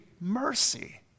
mercy